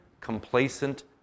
complacent